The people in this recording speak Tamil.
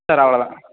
சார் அவ்வளோ தான்